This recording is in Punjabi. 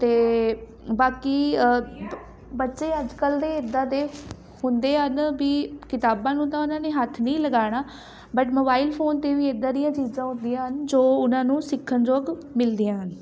ਅਤੇ ਬਾਕੀ ਅ ਬ ਬੱਚੇ ਅੱਜ ਕੱਲ੍ਹ ਦੇ ਇੱਦਾਂ ਦੇ ਹੁੰਦੇ ਹਨ ਵੀ ਕਿਤਾਬਾਂ ਨੂੰ ਤਾਂ ਉਹਨਾਂ ਨੇ ਹੱਥ ਨਹੀਂ ਲਗਾਉਣਾ ਬਟ ਮੋਬਾਇਲ ਫੋਨ 'ਤੇ ਵੀ ਇੱਦਾਂ ਦੀਆਂ ਚੀਜ਼ਾਂ ਹੁੰਦੀਆਂ ਹਨ ਜੋ ਉਹਨਾਂ ਨੂੰ ਸਿੱਖਣਯੋਗ ਮਿਲਦੀਆਂ ਹਨ